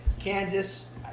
Kansas